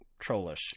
trollish